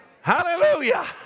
Hallelujah